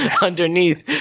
underneath